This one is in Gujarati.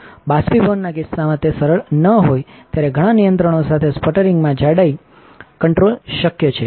બાષ્પીભવનના કિસ્સામાં તે સરળ ન હોય ત્યારે ઘણા નિયંત્રણ સાથે સ્પટરિંગમાંજાડાઈ સીtંટ્રોલ શક્ય છે